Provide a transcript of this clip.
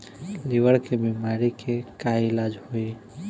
Liver के बीमारी के का इलाज होई?